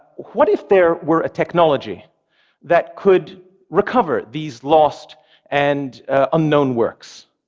what if there were a technology that could recover these lost and unknown works?